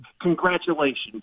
Congratulations